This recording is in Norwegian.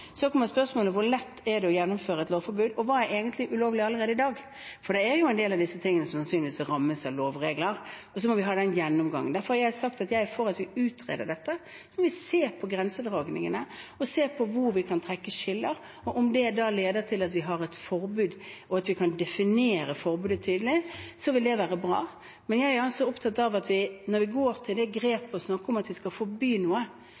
Så kommer spørsmålet: Hvor lett er det å gjennomføre et lovforbud, og hva er egentlig ulovlig allerede i dag? For det er jo en del av disse tingene som sannsynligvis vil rammes av lovregler. Vi må ha en gjennomgang. Derfor har jeg sagt at jeg er for at vi utreder dette. Så må vi se på grensedragningene og på hvor vi kan trekke skiller. Om det da leder til at vi har et forbud, og at vi kan definere forbudet tydelig, vil det være bra, men jeg er opptatt av at når vi går til det skritt å snakke om at vi skal forby noe,